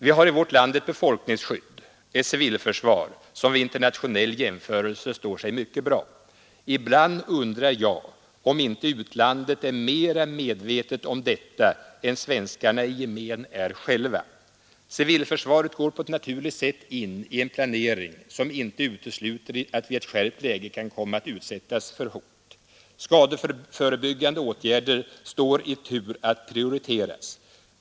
Vi har i vårt land ett befolkningsskydd — ett civilförsvar, som vid internationell jämförelse står sig mycket bra. Ibland undrar jag, om inte utlandet är mera medvetet om detta än svenskarna i gemen är själva. Civilförsvaret går på ett naturligt sätt in i en planering, som inte utesluter att vi i ett skärpt läge kan komma att utsättas för hot. Skadeförebyggande åtgärder står i tur att prioriteras.